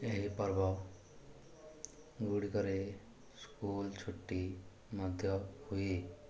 ଏହି ପର୍ବଗୁଡ଼ିକରେ ସ୍କୁଲ୍ ଛୁଟି ମଧ୍ୟ ହୁଏ